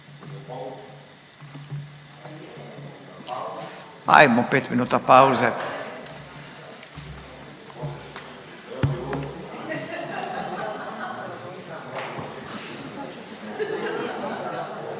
Ajmo pet minuta pauze.